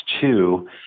two